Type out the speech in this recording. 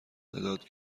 مداد